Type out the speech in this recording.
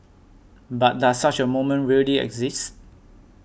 but does such a moment really exist